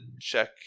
check